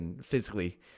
physically